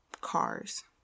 cars